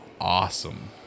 awesome